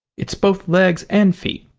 it's both legs and feet.